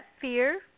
fear